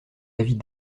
avis